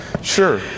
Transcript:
Sure